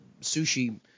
sushi